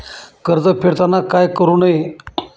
कर्ज फेडताना काय करु नये?